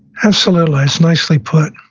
absolutely. it's nicely put.